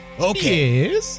Okay